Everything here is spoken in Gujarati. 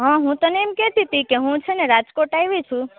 હા હું તને એમ કહેતી હતી કે હું છે ને રાજકોટ આવી છું